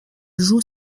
joue